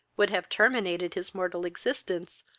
would have terminated his mortal existence,